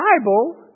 Bible